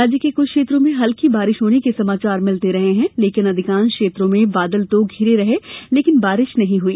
राज्य के कुछ क्षेत्रों में हल्की बारिश होने के समाचार मिलते रहे हैं लेकिन अधिकांश क्षेत्रों में बादल तो धिरे रहे लेकिन बारिश नहीं हुई